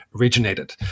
originated